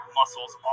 muscles